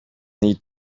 need